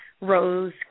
rose